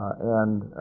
and